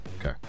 Okay